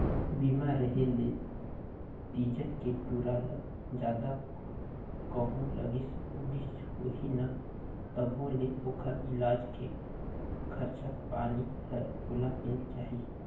बीमा रेहे ले तीजन के टूरा ल जादा कहों लागिस उगिस होही न तभों ले ओखर इलाज के खरचा पानी हर ओला मिल जाही